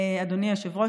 אדוני היושב-ראש,